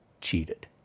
cheated